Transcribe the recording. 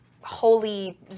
holy